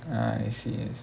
ah I see